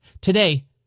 Today